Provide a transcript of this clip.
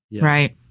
Right